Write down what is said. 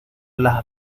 las